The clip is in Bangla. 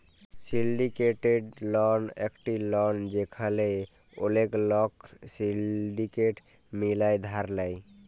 সিলডিকেটেড লন একট লন যেখালে ওলেক লক সিলডিকেট মিলায় ধার লেয়